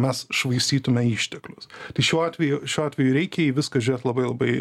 mes švaistytume išteklius tai šiuo atveju šiuo atveju reikia į viską žiūrėt labai labai